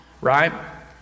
right